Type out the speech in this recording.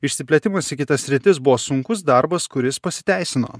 išsiplėtimas į kitas sritis buvo sunkus darbas kuris pasiteisino